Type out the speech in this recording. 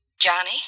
Johnny